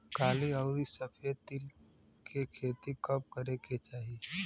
काली अउर सफेद तिल के खेती कब करे के चाही?